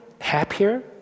happier